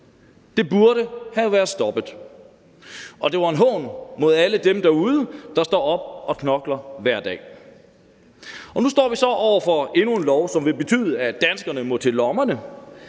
Det burde have været stoppet, og det var en hån mod alle dem derude, der står op og knokler hver dag. Nu står vi så over for endnu en lov, som vil betyde, at danskerne må til lommerne